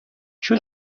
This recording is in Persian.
چون